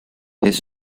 his